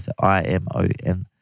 I-M-O-N